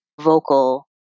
vocal